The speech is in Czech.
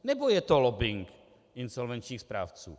Nebo je to lobbing insolvenčních správců?